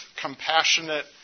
compassionate